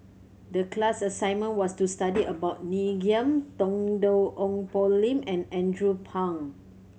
the class assignment was to study about Ngiam Tong Dow Ong Poh Lim and Andrew Phang